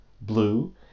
blue